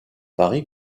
pari